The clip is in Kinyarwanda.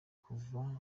kuva